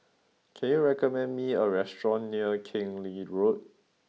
can you recommend me a restaurant near Keng Lee Road